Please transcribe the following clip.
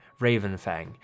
Ravenfang